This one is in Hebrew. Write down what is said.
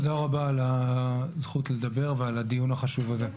תודה רבה על הזכות לדבר ועל הדיון החשוב הזה.